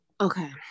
Okay